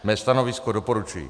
Mé stanovisko doporučuji.